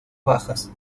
bajas